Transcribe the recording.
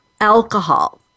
alcohol